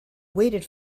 waited